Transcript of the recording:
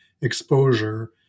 exposure